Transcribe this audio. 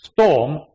storm